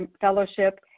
fellowship